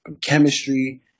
chemistry